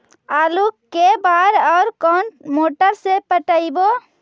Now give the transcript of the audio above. आलू के बार और कोन मोटर से पटइबै?